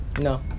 No